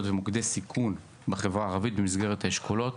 ומוקדי סיכון בחברה הערבית במסגרת האשכולות.